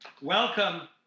welcome